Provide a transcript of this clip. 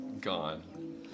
Gone